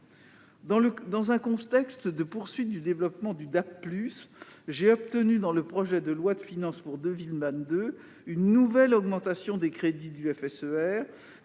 Dans un contexte de poursuite du développement du DAB+, j'ai obtenu dans le projet de loi de finances pour 2022 une nouvelle augmentation des crédits du FSER,